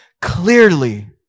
clearly